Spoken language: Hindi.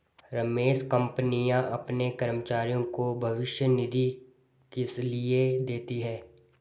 रमेश कंपनियां अपने कर्मचारियों को भविष्य निधि किसलिए देती हैं?